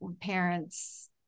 parents